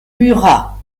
murat